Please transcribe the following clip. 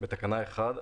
בתקנה 1,